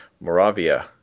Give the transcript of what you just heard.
Moravia